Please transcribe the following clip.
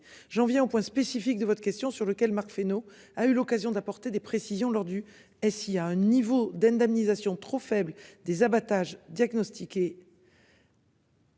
J'en viens au point spécifique de votre question sur lequel Marc Fesneau a eu l'occasion d'apporter des précisions lors du et a un niveau d'indemnisation trop faible des abattages diagnostiquée.